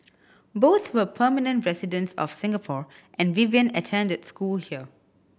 both were permanent residents of Singapore and Vivian attended school here